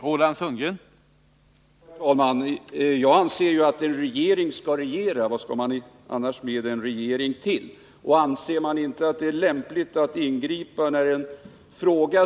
Herr talman! Jag anser att en regering skall regera. Vad skall man annars ha en regering till? Anser man inte att det är lämpligt att ingripa i en fråga.